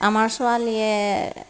আমাৰ ছোৱালীয়ে